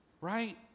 right